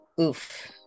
oof